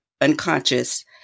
unconscious